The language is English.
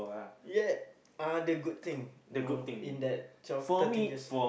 yet uh the good thing you know in that twelve thirteen years